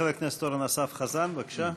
חבר הכנסת אורן אסף חזן, בבקשה.